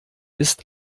ist